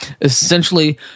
Essentially